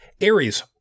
Aries